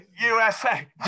USA